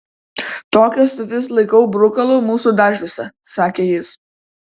tokias stotis laikau brukalu mūsų dažniuose sakė jis